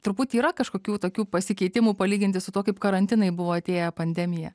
truputį yra kažkokių tokių pasikeitimų palyginti su tuo kaip karantinai buvo atėję pandemija